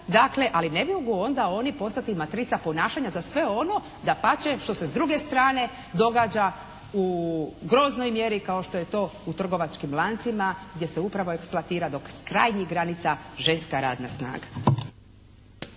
ali ne mogu onda oni postati matrica ponašanja za sve ono, dapače što se s druge strane događa u groznoj mjeri kao što je to u trgovačkim lancima gdje se upravo eksploatira do krajnjih granica ženska radna snaga.